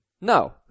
No